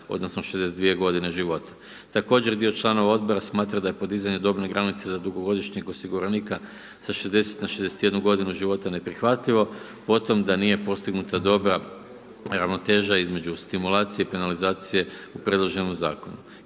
odnosno 62 godine života. Također dio članova Odbora smatra da je podizanje dobne granice za dugogodišnjeg osiguranika sa 60 na 61 godinu života, neprihvatljivo, potom da nije postignuta dobra ravnoteža između stimulacije i penalizacije u predloženom Zakonu.